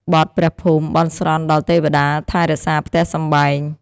បទព្រះភូមិ បន់ស្រន់ដល់ទេវតាថែរក្សាផ្ទះសម្បែង។